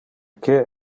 que